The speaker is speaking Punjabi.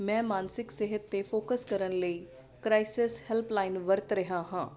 ਮੈਂ ਮਾਨਸਿਕ ਸਿਹਤ 'ਤੇ ਫੋਕਸ ਕਰਨ ਲਈ ਕ੍ਰਾਇਸਿਸ ਹੈਲਪਲਾਈਨ ਵਰਤ ਰਿਹਾ ਹਾਂ